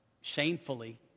shamefully